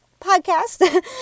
podcast